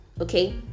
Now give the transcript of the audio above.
okay